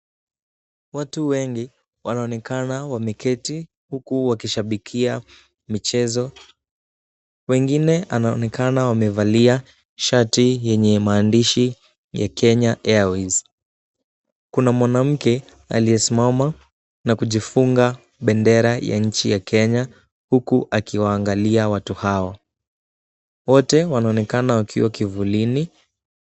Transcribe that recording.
Watu wengi wanaonekana wameketi huku wakishabikia michezo. Wengine anaonekana wamevalia shati yenye maandishi ya Kenya Airways. Kuna mwanamke aliyesimama na kujifunga bendera ya nchi ya Kenya huku akiwaangalia watu hao. Wote wanaonekana wakiwa kivulini.